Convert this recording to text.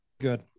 Good